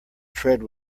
tread